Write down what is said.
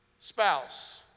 spouse